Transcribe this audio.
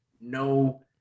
no